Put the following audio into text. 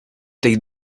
tej